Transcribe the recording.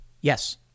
Yes